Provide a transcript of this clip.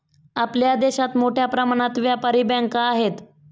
आपल्या देशात मोठ्या प्रमाणात व्यापारी बँका आहेत